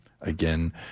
Again